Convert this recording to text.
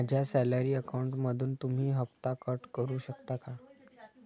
माझ्या सॅलरी अकाउंटमधून तुम्ही हफ्ता कट करू शकता का?